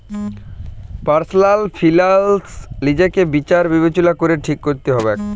personal ফিলালস লিজেকে বিচার বিবেচলা ক্যরে ঠিক ক্যরতে হবেক